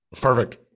Perfect